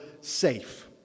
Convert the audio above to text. safe